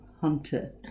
hunter